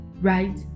right